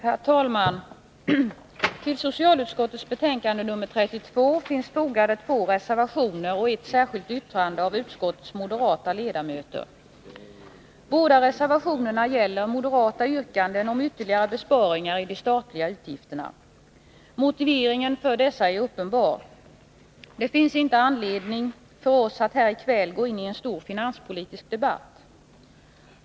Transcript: Herr talman! Till socialutskottets betänkande nr 32 finns fogade 2 reservationer och ett särskilt yttrande av utskottets moderata ledamöter. Båda reservationerna gäller moderata yrkanden om ytterligare besparingar i de statliga utgifterna. Motiveringen för dessa är uppenbar. Det finns inte anledning för oss att här i kväll gå in i en stor finanspolitisk debatt.